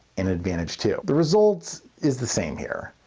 and advantage two. the result is the same here,